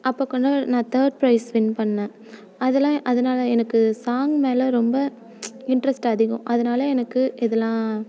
அப்போக்கூட நான் third prize win பண்ணிணேன் அதெலாம் அதனால எனக்கு சாங் மேலே ரொம்ப இன்ட்ரஸ்ட் அதிகம் அதனால எனக்கு இதெலாம்